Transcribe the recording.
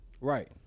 Right